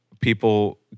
people